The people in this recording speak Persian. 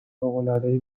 فوقالعادهای